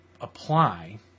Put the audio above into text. apply